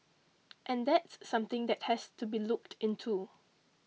and that's something that has to be looked into